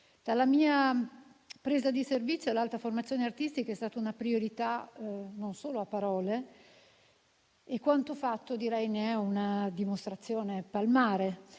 Dalla mia presa di servizio, l'Alta formazione artistica è stata una priorità non solo a parole e quanto fatto direi ne è una dimostrazione palmare.